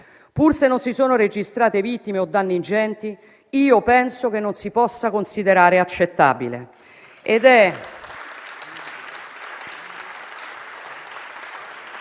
Pur se non si sono registrate vittime o danni ingenti, penso che non lo si possa considerare accettabile.